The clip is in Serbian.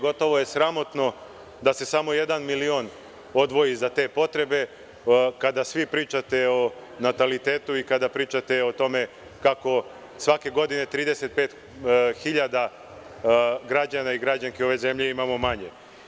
Gotovo je sramotno da se samo jedan milion odvoji za te potrebe, kada svi pričate o natalitetu i kada pričate o tome kako svake godine 35 hiljada građana i građanki ove zemlje imamo manje.